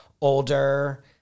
older